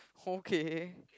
okay